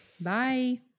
Bye